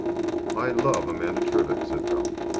i love amanda trivett! said ralph.